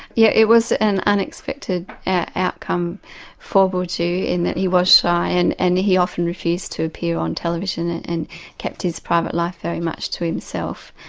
yeah it was an unexpected outcome for bourdieu in that he was shy and and he often refused to appear on television and kept his private life very much to himself.